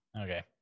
Okay